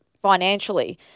financially